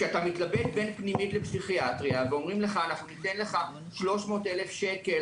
כשאתה מתלבט בין פנימית לפסיכיאטריה ואומרים לך שיתנו לך 300 אלף שקל